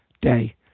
Day